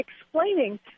explaining